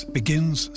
begins